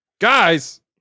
Guys